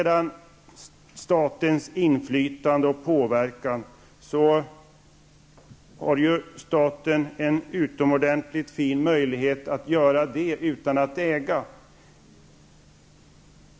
Staten har en utomordentligt fin möjlighet till inflytande och påverkan utan att behöva äga.